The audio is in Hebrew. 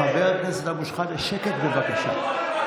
חבר הכנסת אבו שחאדה, שקט, בבקשה.